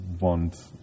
want